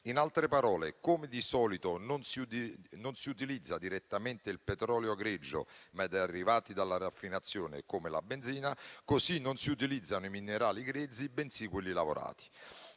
In altre parole, come di solito non si utilizza direttamente il petrolio greggio, ma i derivati della raffinazione, come la benzina, così non si utilizzano i minerali grezzi, bensì quelli lavorati.